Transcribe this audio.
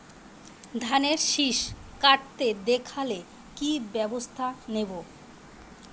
ধানের শিষ কাটতে দেখালে কি ব্যবস্থা নেব?